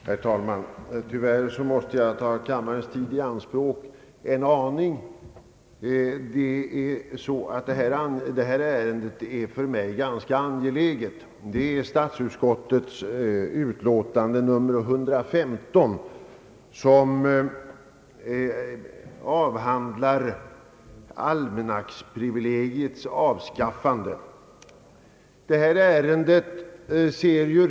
Herr talman! Tyvärr måste jag ta kammarledamöternas tid i anspråk en smula, Den fråga som behandlas i detta statsutskottets utlåtande nr 115, almanacksprivilegiets avskaffande, är för mig ganska angelägen.